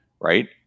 Right